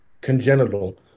congenital